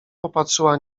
popatrzyła